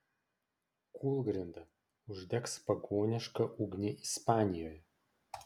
kūlgrinda uždegs pagonišką ugnį ispanijoje